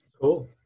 Cool